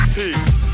peace